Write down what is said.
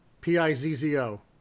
P-I-Z-Z-O